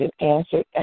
answered